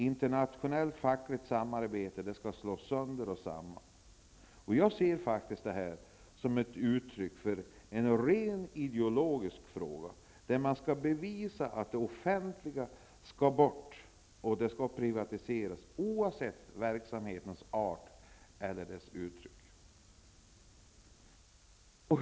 Internationellt fackligt samarbete skall slås sönder och samman. Jag ser det som ett uttryck för en rent ideologisk fråga. Man skall bevisa att den offentliga verksamheten skall bort, och man skall oavsett verksamhetens art eller dess uttryck privatisera.